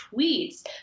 tweets